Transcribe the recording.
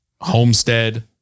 Homestead